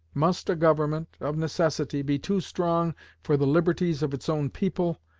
must a government, of necessity, be too strong for the liberties of its own people,